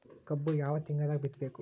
ಕಬ್ಬು ಯಾವ ತಿಂಗಳದಾಗ ಬಿತ್ತಬೇಕು?